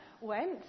went